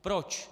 Proč?